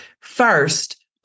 First